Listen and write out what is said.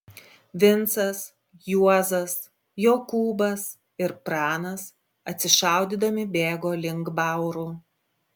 vincas juozas jokūbas ir pranas atsišaudydami bėgo link baurų